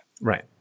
right